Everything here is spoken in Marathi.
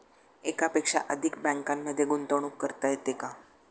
एकापेक्षा अधिक बँकांमध्ये गुंतवणूक करता येते का?